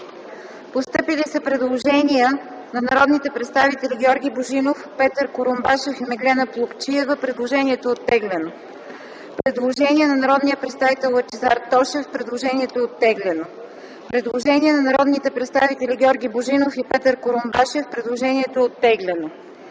постъпили предложения на народните представители Георги Божинов, Петър Курумбашев и Меглена Плугчиева. Предложението е оттеглено. Има предложение на народния представител Лъчезар Тошев. Предложението е оттеглено. Предложение на народните представители Георги Божинов и Петър Курумбашев. Предложението е оттеглено.